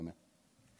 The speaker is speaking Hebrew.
באמת.